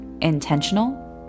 intentional